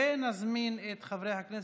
חברי הכנסת,